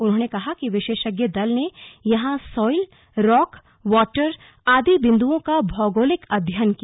उन्होंने कहा कि विशेषज्ञ दल ने यहां सॉयल रॉक वॉटर आदि बिंदुओं का भौगोलिक अध्ययन किया